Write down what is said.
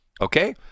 Okay